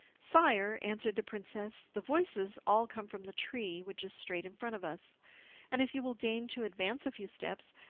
sire, answered the princess, the voices all come from the tree which is straight in front of us and if you will deign to advance a few steps,